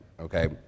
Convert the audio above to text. okay